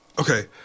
okay